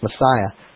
Messiah